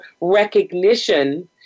recognition